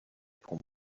pour